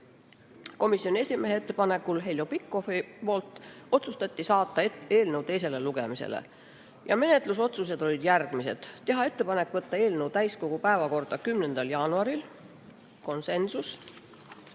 Komisjoni esimehe, Heljo Pikhofi ettepanekul otsustati saata eelnõu teisele lugemisele. Ja menetlusotsused olid järgmised: teha ettepanek võtta eelnõu täiskogu päevakorda 10. jaanuariks (konsensus)